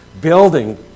building